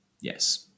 yes